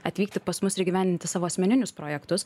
atvykti pas mus ir įgyvendinti savo asmeninius projektus